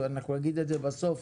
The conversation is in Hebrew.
אנחנו נגיד את זה בסוף,